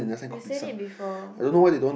you said it before